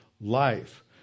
life